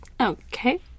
Okay